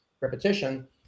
repetition